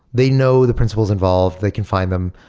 they know the principals involved. they can find them.